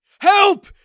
Help